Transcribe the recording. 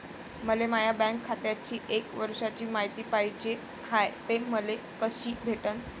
मले माया बँक खात्याची एक वर्षाची मायती पाहिजे हाय, ते मले कसी भेटनं?